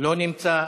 לא נמצא.